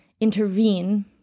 intervene